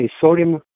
sodium